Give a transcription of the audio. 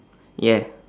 ya